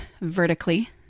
vertically